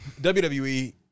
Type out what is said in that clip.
WWE